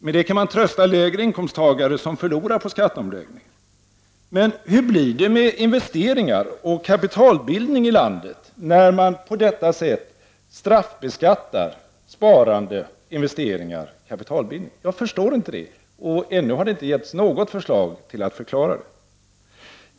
Med det kan man trösta lägre inkomsttagare som förlorar på skatteomläggningen. Men hur blir det med investeringar och kapitalbildning i landet, när man på detta sätt straffbeskattar sparande, investeringar och kapitalbildning? Jag förstår inte det, och ännu har det inte getts något förslag som förklarar det.